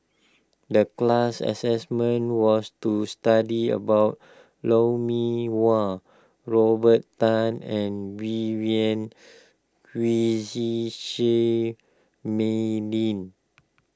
the class assessment was to study about Lou Mee Wah Robert Tan and Vivien Quahe Seah Mei Lin